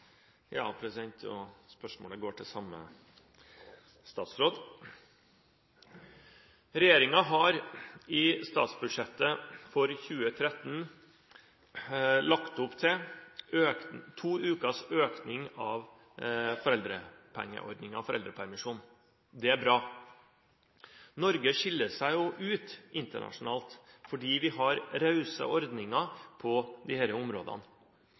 Spørsmålet går til samme statsråd. Regjeringen har i statsbudsjettet for 2013 lagt opp til to ukers økning av foreldrepermisjonen. Det er bra. Norge skiller seg jo ut internasjonalt fordi vi har rause ordninger på